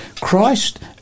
Christ